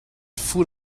food